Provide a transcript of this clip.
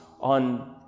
on